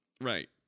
Right